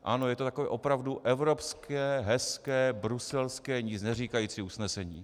Ano, je to opravdu takové evropské, hezké, bruselské, nic neříkající usnesení.